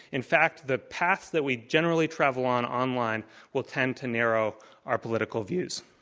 in fact the path that we generally travel on online will tend to mirror our political views.